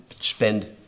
spend